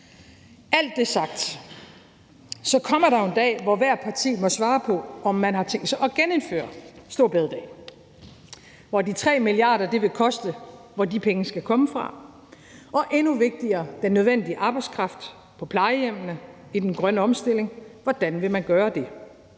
alt det sagt kommer der en dag, hvor hvert parti må svare på, om man har tænkt sig at genindføre store bededag, og hvor de 3 mia. kr., som det vil koste, skal komme fra. Og endnu vigtigere: Hvordan vil man skaffe den nødvendige arbejdskraft på plejehjemmene og i den grønne omstilling? Hvordan vil man gøre det?